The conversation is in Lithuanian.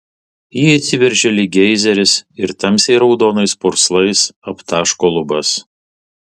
ji išsiveržia lyg geizeris ir tamsiai raudonais purslais aptaško lubas